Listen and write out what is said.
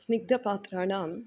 स्निग्धपात्राणां